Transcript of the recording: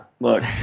Look